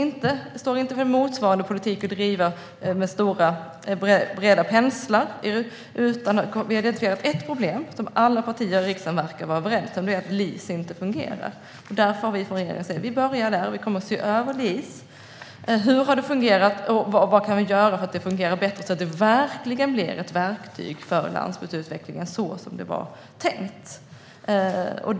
Jag står inte för motsvarande politik och målar inte med stora breda penslar, men vi har identifierat ett problem som alla partier här i riksdagen verkar vara överens om, nämligen att LIS inte fungerar. Därför börjar vi där från regeringens sida. Vi kommer att se över hur LIS har fungerat och vad vi kan göra för att det ska fungera bättre, så att det verkligen blir det verktyg för landsbygdsutvecklingen som det var tänkt att bli.